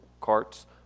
carts